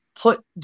put